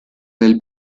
del